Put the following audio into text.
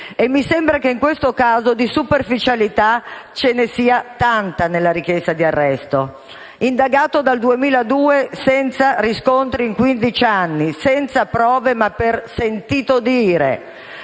Mi sembra che, in questo caso, di superficialità ce ne sia tanta nella richiesta di arresto: indagato dal 2002, senza riscontri in 15 anni, senza prove, ma per sentito dire.